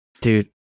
Dude